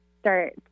start